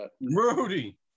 Rudy